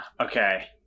Okay